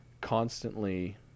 constantly